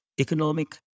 economic